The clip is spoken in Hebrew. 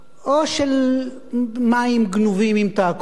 או של מים גנובים ימתקו.